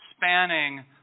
spanning